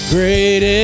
Great